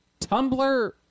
Tumblr